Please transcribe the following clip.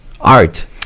art